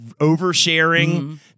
oversharing